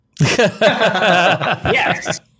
Yes